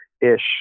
ish